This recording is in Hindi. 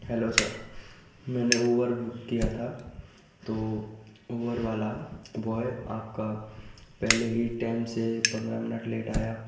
हेलो सर मैंने उबर बुक किया था तो उबर वाला बॉय आपका पहले ही टेम से पंद्रह मिनट लेट आया